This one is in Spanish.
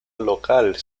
local